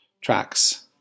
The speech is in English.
tracks